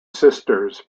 sisters